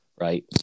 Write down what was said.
right